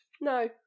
No